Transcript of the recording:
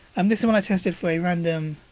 um this is one i tested for a random.